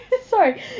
sorry